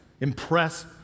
Impress